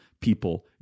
people